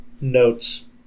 notes